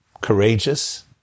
courageous